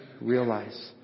realize